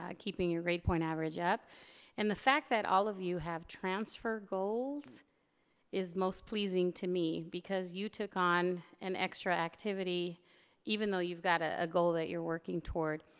keeping your grade point average up and the fact that all of you have transfer goals is most pleasing to me because you took on an extra activity even though you've got a ah goal that you're working toward.